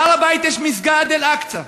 בהר-הבית יש מסגד אל-אקצא,